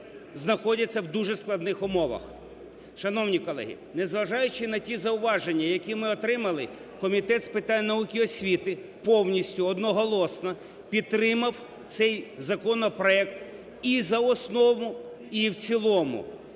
знаходяться в дуже складних умовах. Шановні колеги! Незважаючи на ті зауваження, які ми отримали, Комітет з питань науки і освіти повністю одноголосно підтримав цей законопроект і за основу, і в цілому,